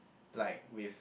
like with